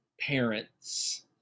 parents